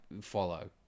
follow